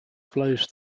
flows